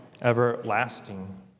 everlasting